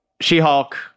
She-Hulk